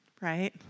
right